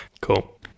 cool